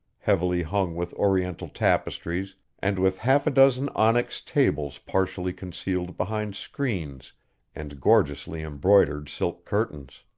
heavily hung with oriental tapestries, and with half a dozen onyx tables partially concealed behind screens and gorgeously embroidered silk curtains.